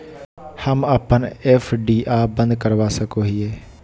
हम अप्पन एफ.डी आ बंद करवा सको हियै